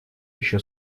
еще